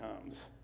comes